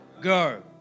Go